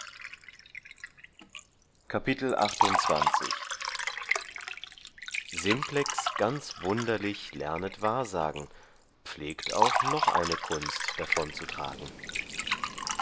simplex ganz wunderlich lernet wahrsagen pflegt auch noch eine kunst davonzutragen ich